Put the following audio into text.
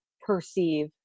perceive